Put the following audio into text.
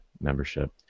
membership